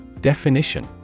Definition